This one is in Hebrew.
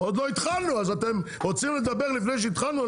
עוד לא התחלנו, אתם רוצים לדבר לפני שהתחלנו?